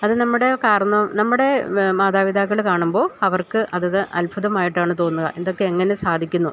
അതു നമ്മുടെ മാതാപിതാക്കള് കാണുമ്പോള് അവർക്ക് അത് അത്ഭുതമായിട്ടാണു തോന്നു ഇതൊക്കെ എങ്ങനെ സാധിക്കുന്നു